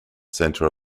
center